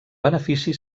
benefici